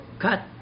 cut